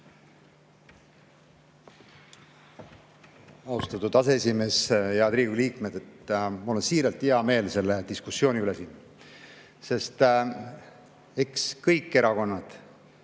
Austatud aseesimees! Head Riigikogu liikmed! Mul on siiralt hea meel selle diskussiooni üle siin, sest eks kõik erakonnad